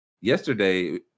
Yesterday